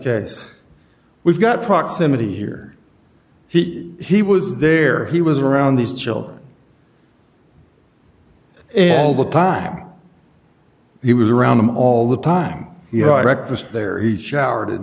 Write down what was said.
case we've got proximity here he he was there he was around these children and all the time he was around them all the time you know wrecked was there he showered in